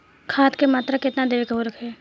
खाध के मात्रा केतना देवे के होखे?